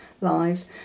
lives